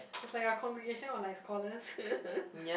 it's like a congregation or like scholars